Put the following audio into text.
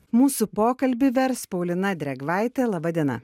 mūsų pokalbį vers paulina drėgvaitė laba diena